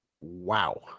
Wow